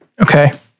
Okay